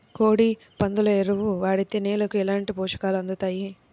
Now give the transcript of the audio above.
కోడి, పందుల ఎరువు వాడితే నేలకు ఎలాంటి పోషకాలు అందుతాయి